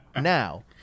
Now